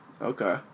Okay